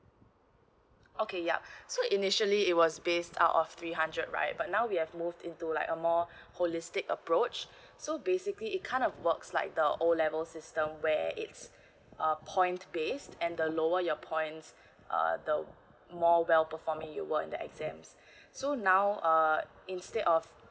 okay yup so initially it was based out of three hundred right but now we have moved into like a more holistic approach so basically it kind of works like the O level system where It's a points base and the lower your points uh the more well performing you were in the exams so now uh instead of